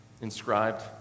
inscribed